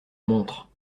montre